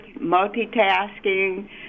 multitasking